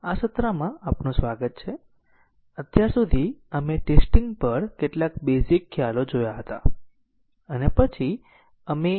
આ સત્રમાં આપનું સ્વાગત છે અને અમે પાથ ટેસ્ટીંગ વિશે ચર્ચા કરીશું